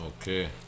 Okay